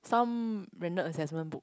some random assessment book